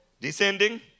Descending